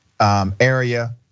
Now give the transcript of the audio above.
area